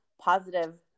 positive